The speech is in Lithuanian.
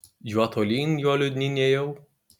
juo tolyn juo liūdnyn ėjau